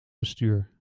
bestuur